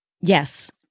Yes